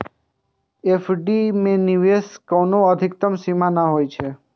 FD मे निवेश के कोनो अधिकतम सीमा नै होइ छै